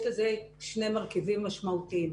יש לזה שני מרכיבים משמעותיים.